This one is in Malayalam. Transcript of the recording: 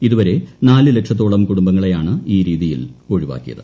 ഇത്തൂവ്രെ നാല് ലക്ഷത്തോളം കുടുംബങ്ങളെയാണ് ഈ രീതിയിൽ ഒഴിവാക്കിയത്